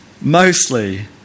mostly